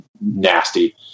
nasty